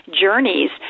journeys